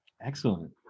Excellent